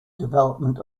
development